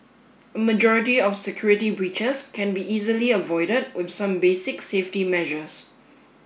a majority of security breaches can be easily avoided with some basic safety measures